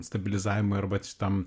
stabilizavimui arba šitam